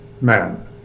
man